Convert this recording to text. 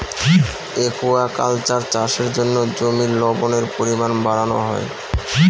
aquaculture চাষের জন্য জমির লবণের পরিমান বাড়ানো হয়